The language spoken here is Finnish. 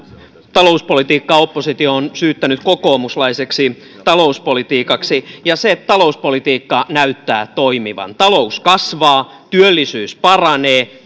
talouspolitiikkaa oppositio on syyttänyt kokoomuslaiseksi talouspolitiikaksi ja se talouspolitiikka näyttää toimivan talous kasvaa työllisyys paranee